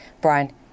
Brian